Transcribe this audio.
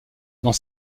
dans